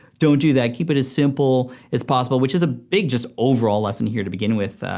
don't do that. keep it as simple as possible, which is a big just overall lesson here to begin with,